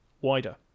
wider